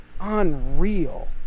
Unreal